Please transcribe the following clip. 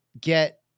get